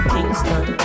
Kingston